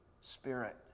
Spirit